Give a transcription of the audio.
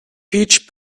peach